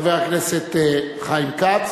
חבר הכנסת חיים כץ,